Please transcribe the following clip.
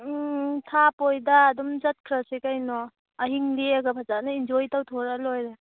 ꯎꯝ ꯍꯥꯞꯄꯣꯏꯗ ꯑꯗꯨꯝ ꯆꯠꯈ꯭ꯔꯁꯤ ꯀꯩꯅꯣ ꯑꯍꯤꯡ ꯂꯦꯛꯑꯒ ꯐꯖꯅ ꯏꯟꯖꯣꯏ ꯇꯧꯊꯣꯔꯛꯑ ꯂꯣꯏꯔꯦ